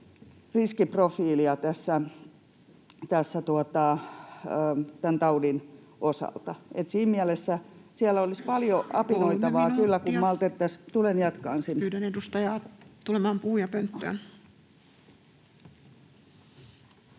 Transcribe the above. riskiprofiilia tämän taudin osalta. Siinä mielessä siellä olisi kyllä paljon apinoitavaa,